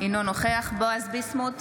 אינו נוכח בועז ביסמוט,